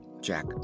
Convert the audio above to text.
Jack